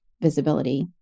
visibility